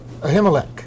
Ahimelech